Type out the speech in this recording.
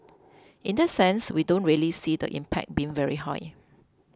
in that sense we don't really see the impact being very high